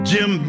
Jim